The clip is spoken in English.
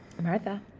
Martha